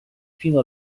fino